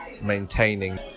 maintaining